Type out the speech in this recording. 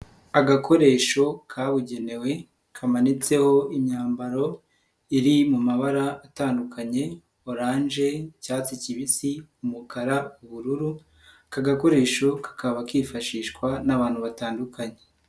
Agakoresho kabugenewe kamanitseho imyambaro iri mu mabara atandukanye oranje, icyatsi kibisi, umukara, ubururu, aka gakoresho kakaba kifashishwa n'abantu batandukanye.